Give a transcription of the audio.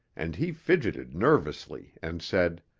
and he fidgeted nervously and said,